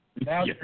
Now